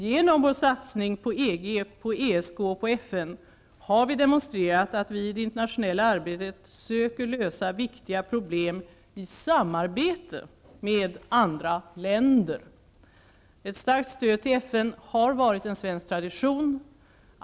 Genom vår satsning på EG, ESK och FN har vi demonstrerat att vi i det internationella arbetet söker lösa viktiga problem i samarbete med andra länder. Ett starkt stöd för FN har varit en svensk tradition.